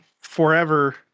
forever